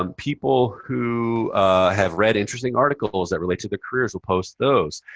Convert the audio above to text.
um people who have read interesting articles that relate to their careers will post those.